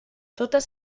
totes